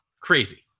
crazy